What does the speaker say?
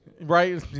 Right